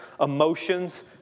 emotions